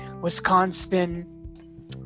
Wisconsin